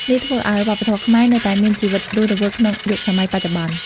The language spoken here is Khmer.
នេះធ្វើឲ្យវប្បធម៌ខ្មែរនៅតែមានជីវិតរស់រវើកក្នុងយុគសម័យបច្ចុប្បន្ន។